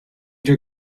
were